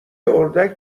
اردک